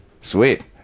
Sweet